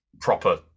proper